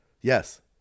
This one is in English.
Yes